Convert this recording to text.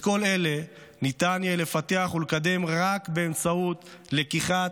את כל אלה ניתן יהיה לפתח ולקדם רק באמצעות לקיחת